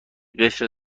قشر